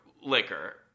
liquor